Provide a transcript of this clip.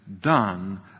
done